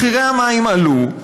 מחירי המים עלו,